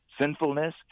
sinfulness